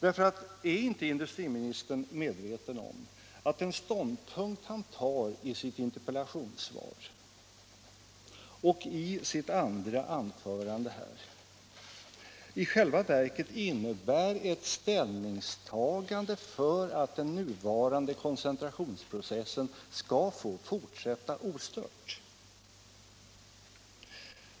Är inte industriministern medveten om att den ståndpunkt han intar i sitt interpellationssvar och i sitt andra anförande här i själva verket innebär ett ställningstagande för att den nuvarande koncentrationsprocessen skall få fortsätta ostört?